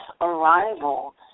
arrival